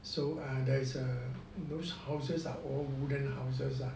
so uh those uh those houses are all wooden houses ah